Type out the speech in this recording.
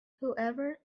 whoever